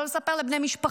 לא לספר את זה לבני משפחה.